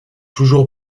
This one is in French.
toujours